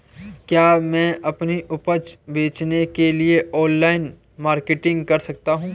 क्या मैं अपनी उपज बेचने के लिए ऑनलाइन मार्केटिंग कर सकता हूँ?